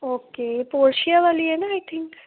okay Portia ਵਾਲੀ ਏ ਨਾ ਆਈ ਥਿੰਕ